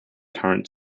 current